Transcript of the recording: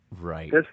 Right